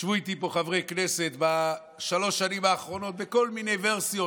ישבו איתי פה חברי כנסת בשלוש השנים האחרונות בכל מיני ורסיות,